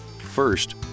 First